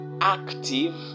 active